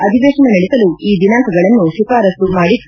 ಅಧಿವೇಶನ ನಡೆಸಲು ಈ ದಿನಾಂಕಗಳನ್ನು ಶಿಫಾರಸ್ತು ಮಾಡಿತ್ತು